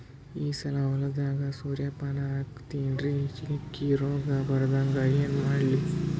ಈ ಸಲ ಹೊಲದಾಗ ಸೂರ್ಯಪಾನ ಹಾಕತಿನರಿ, ಚುಕ್ಕಿ ರೋಗ ಬರಲಾರದಂಗ ಏನ ಮಾಡ್ಲಿ?